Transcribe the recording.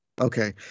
Okay